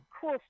cool